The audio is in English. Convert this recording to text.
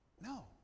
No